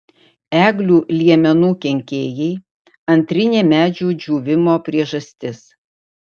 eglių liemenų kenkėjai antrinė medžių džiūvimo priežastis